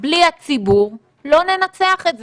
- בלי הציבור לא ננצח את זה.